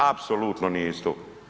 Apsolutno nije isto.